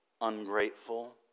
ungrateful